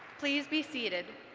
please be seated.